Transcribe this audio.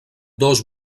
dos